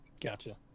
gotcha